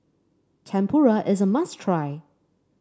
tempura is a must try